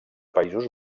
països